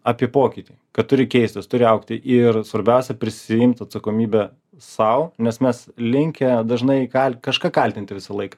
apie pokytį kad turi keistis turi augti ir svarbiausia prisiimti atsakomybę sau nes mes linkę dažnai kažką kaltinti visąlaik